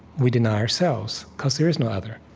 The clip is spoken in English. we deny ourselves, because there is no other.